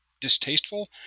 distasteful